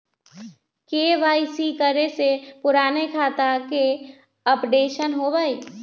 KYC करें से पुराने खाता के अपडेशन होवेई?